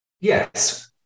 yes